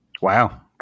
Wow